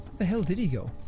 the hell did he go?